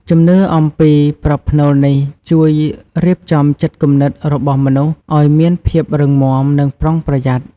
ជំនឿអំពីប្រផ្នូលនេះជួយរៀបចំចិត្តគំនិតរបស់មនុស្សឲ្យមានភាពរឹងមាំនិងប្រុងប្រយ័ត្ន។